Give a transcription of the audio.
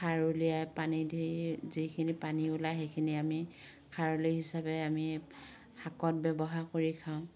খাৰ উলিয়াই পানীত হেৰি যিখিনি পানী ওলাই সেইখিনি আমি খাৰলি হিচাপে আমি শাকত ব্যৱহাৰ কৰি খাওঁ